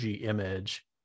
image